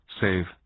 save